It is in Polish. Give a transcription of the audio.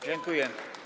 Dziękuję.